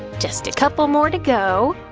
just a couple more to go,